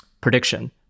prediction